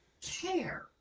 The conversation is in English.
care